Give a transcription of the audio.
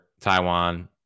Taiwan